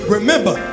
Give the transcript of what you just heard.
Remember